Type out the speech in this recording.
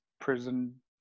prison